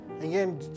Again